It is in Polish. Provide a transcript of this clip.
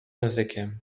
językiem